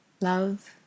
Love